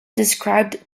described